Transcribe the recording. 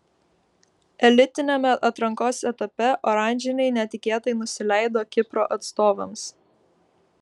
elitiniame atrankos etape oranžiniai netikėtai nusileido kipro atstovams